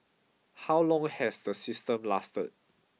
how long has the system lasted